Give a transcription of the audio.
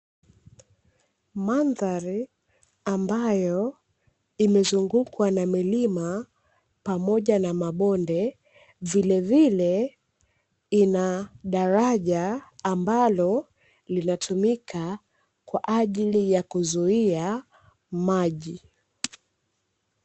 Mandhali ambayo imezungukwa na milima pamoja na mabonde, vilevile ina daraja ambalo linatumika kwa ajili ya kuzuia maji.